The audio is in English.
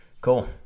Cool